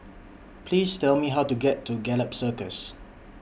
Please Tell Me How to get to Gallop Circus